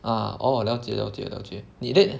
uh orh 了解了解了解了解你的